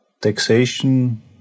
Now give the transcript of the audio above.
taxation